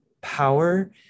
power